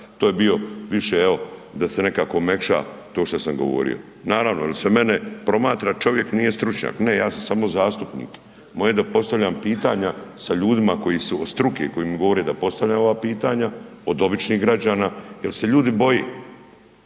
to je bio više evo da se nekako omekša to što sam govorio, naravno jer se mene promatra čovjek nije stručnjak. Ne, ja sam samo zastupnik, moje je da postavljam pitanja sa ljudima koji su od struke koji mi govore da postavljam ova pitanja od običnih građana jel se ljudi boje,